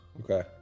Okay